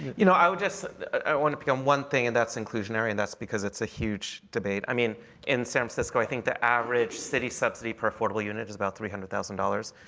you know i would just i would want to pick on one thing and that's inclusionary. and that's because it's a huge debate. i mean in san francisco, i think the average city subsidy per affordable unit is about three hundred thousand dollars,